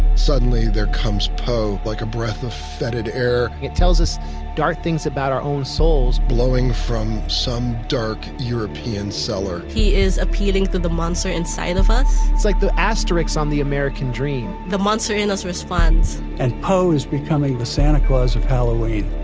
suddenly there comes poe like a breath of fetid air. air. it tells us dark things about our own souls blowing from some dark european cellar he is appealing to the monster inside of us. it's like the asterix on the american dream. the monster in us responds and po is becoming the santa claus of halloween.